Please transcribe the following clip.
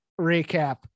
recap